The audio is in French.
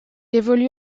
évolue